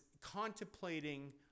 contemplating